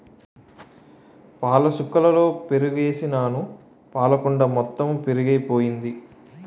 పాలసుక్కలలో పెరుగుసుకేసినాను పాలకుండ మొత్తెము పెరుగైపోయింది